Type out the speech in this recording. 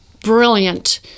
Brilliant